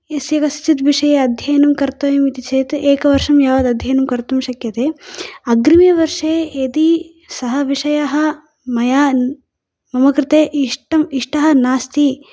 यस्य कस्यचित् विषये अध्ययनं कर्तव्यम् इति चेत् एकवर्षं यावत् अध्ययनं कर्तुं शक्यते अग्रिमे वर्षे यदि सः विषयः मया मम कृते इष्टं इष्टः नास्ति